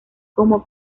como